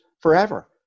forever